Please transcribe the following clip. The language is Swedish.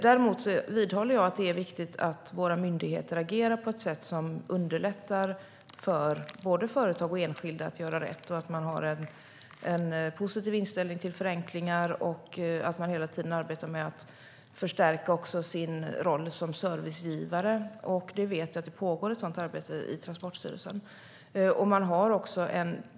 Däremot vidhåller jag att det är viktigt att våra myndigheter agerar på ett sätt som underlättar för både företag och enskilda att göra rätt och att de har en positiv inställning till förenklingar och hela tiden arbetar med att förstärka sin roll som servicegivare. Jag vet att det pågår ett sådant arbete i Transportstyrelsen.